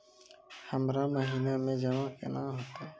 हमरा महिना मे जमा केना हेतै?